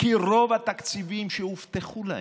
כי רוב התקציבים שהובטחו להם,